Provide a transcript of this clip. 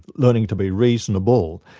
learning to be reasonable,